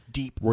deep